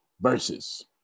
Versus